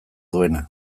duena